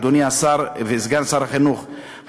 אדוני השר וסגן שר החינוך,